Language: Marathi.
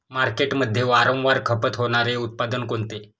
मार्केटमध्ये वारंवार खपत होणारे उत्पादन कोणते?